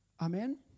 Amen